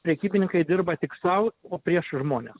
prekybininkai dirba tik sau o prieš žmones